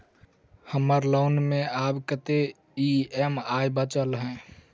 हम्मर लोन मे आब कैत ई.एम.आई बचल ह?